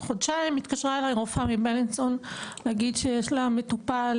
חודשיים התקשרה אלי רופאה מבילינסון ואמרה שיש לה מטופל